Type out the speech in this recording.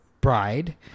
bride